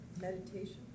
meditation